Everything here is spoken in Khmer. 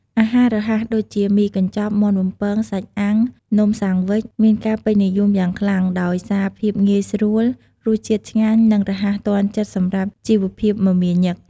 អាហាររហ័ស ដូចជា មីកញ្ចប់ មាន់បំពង សាច់អាំង នំសាំងវិច មានការពេញនិយមយ៉ាងខ្លាំងដោយសារភាពងាយស្រួល រសជាតិឆ្ងាញ់ និងរហ័សទាន់ចិត្តសម្រាប់ជីវភាពមមាញឹក។